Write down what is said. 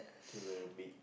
to the mate